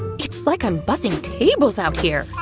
it's like i'm bussing tables out here!